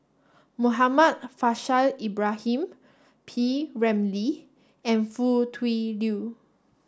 Muhammad Faishal Ibrahim P Ramlee and Foo Tui Liew